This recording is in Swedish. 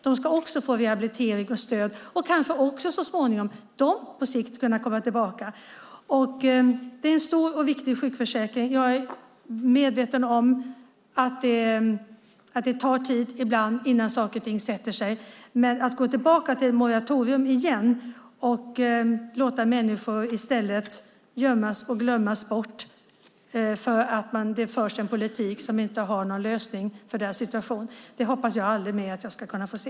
De ska också få rehabilitering och stöd, och kanske kan de på sikt komma tillbaka. Det är en stor och viktig sjukförsäkring. Jag är medveten om att det tar tid ibland innan saker och ting sätter sig. Men att man går tillbaka till ett moratorium och låter människor gömmas och glömmas bort för att det förs en politik som inte har någon lösning för deras situation hoppas jag att jag aldrig ska behöva se.